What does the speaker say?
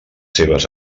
seves